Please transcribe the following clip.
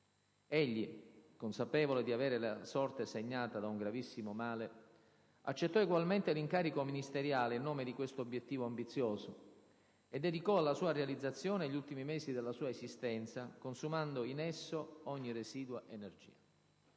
Egli, consapevole di avere la sorte segnata da un gravissimo male, accettò egualmente l'incarico ministeriale in nome di questo obiettivo ambizioso, e dedicò alla sua realizzazione gli ultimi mesi della sua esistenza, consumando in esso ogni residua energia.